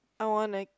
I wanna